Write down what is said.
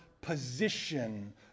position